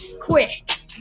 Quick